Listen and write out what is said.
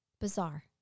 bizarre